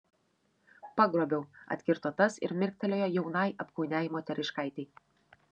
pagrobiau atkirto tas ir mirktelėjo jaunai apkūniai moteriškaitei